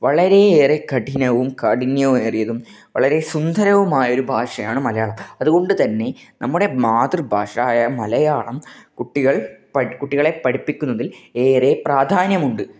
വളരെ ഏറെ കഠിനവും കാഠിന്യമേറിയതും വളരെ സുന്ദരവുമായ ഒരു ഭാഷയാണ് മലയാളം അതുകൊണ്ട് തന്നെ നമ്മുടെ മാതൃഭാഷ ആയ മലയാളം കുട്ടികൾ കുട്ടികളെ പഠിപ്പിക്കുന്നതിൽ ഏറെ പ്രാധാന്യമുണ്ട്